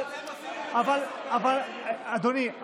אבל אדוני,